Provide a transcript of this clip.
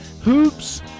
Hoops